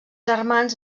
germans